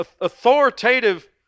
authoritative